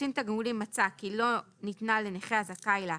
שקצין תגמולים מצא כי לא ניתנה לנכה הזכאי לה,